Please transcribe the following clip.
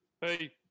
Hey